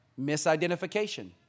misidentification